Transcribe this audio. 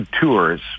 tours